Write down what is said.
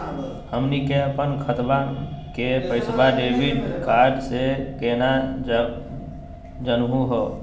हमनी के अपन खतवा के पैसवा डेबिट कार्ड से केना जानहु हो?